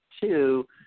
two